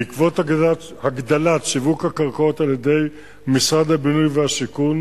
בעקבות הגדלת שיווק הקרקעות על-ידי משרד הבינוי והשיכון